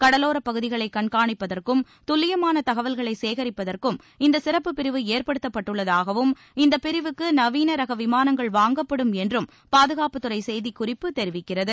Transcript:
கடலோரப் பகுதிகளை கண்காணிப்பதற்கும் துல்லியமான தகவல்களை சேகரிப்பதற்கும் இந்த சிறப்புப் பிரிவு ஏற்படுத்தப்பட்டுள்ளதாகவும் இந்த பிரிவுக்கு நவீன ரக விமானங்கள் வாங்கப்படும் என்றும் பாதுகாப்புத்துறை செய்திக்குறிப்பு தெரிவிக்கிறது